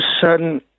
sudden